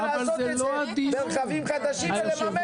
לעשות את זה ברכבים חדשים ולממן את זה.